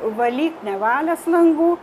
valyk nevalęs langų